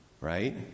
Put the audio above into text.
right